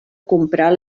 comprar